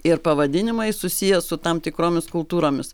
ir pavadinimai susiję su tam tikromis kultūromis